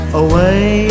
away